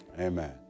Amen